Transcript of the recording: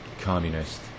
communist